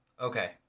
Okay